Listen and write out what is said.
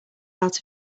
out